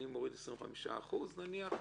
אני מוריד 25% נניח.